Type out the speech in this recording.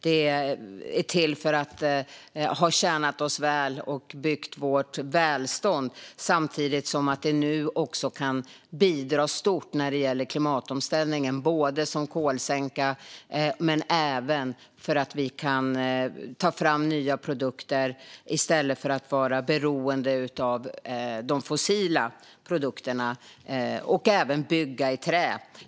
Den har tjänat oss väl och byggt vårt välstånd, samtidigt som den nu kan bidra stort när det gäller klimatomställningen, både som kolsänka och genom att vi kan ta fram nya produkter i stället för att vara beroende av de fossila produkterna - och även bygga i trä.